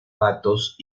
patos